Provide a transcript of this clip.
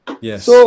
Yes